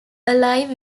alive